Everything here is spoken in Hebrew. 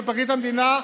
ופרקליט המדינה,